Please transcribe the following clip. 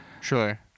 Sure